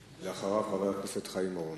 אחריו, חבר הכנסת חיים אורון.